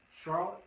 Charlotte